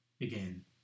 again